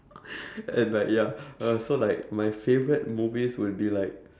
and like ya uh so like my favorite movies will be like